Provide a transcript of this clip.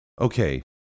Okay